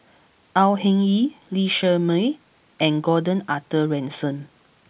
Au Hing Yee Lee Shermay and Gordon Arthur Ransome